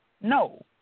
No